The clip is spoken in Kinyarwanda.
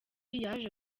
yaje